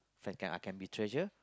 friends can I be treasure